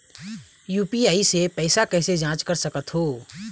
UPI से पैसा कैसे जाँच कर सकत हो?